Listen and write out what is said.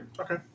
Okay